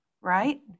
right